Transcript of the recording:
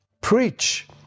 preach